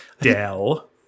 Dell